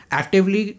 actively